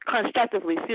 constructively